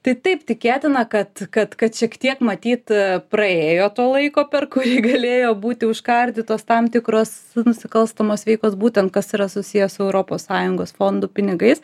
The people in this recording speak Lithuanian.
tai taip tikėtina kad kad kad šiek tiek matyt praėjo to laiko per kurį galėjo būti užkardytos tam tikros nusikalstamos veikos būtent kas yra susiję su europos sąjungos fondų pinigais